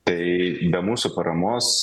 tai be mūsų paramos